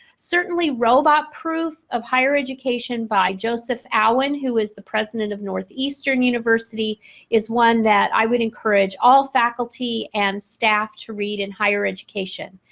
certainly robot proof of higher education by joseph allen who is the president of northeastern university is one that i would encourage all faculty and staff to read in higher education.